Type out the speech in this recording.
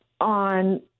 on